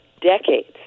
decades